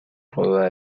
rodea